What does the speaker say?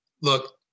look